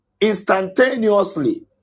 instantaneously